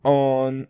on